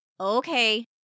Okay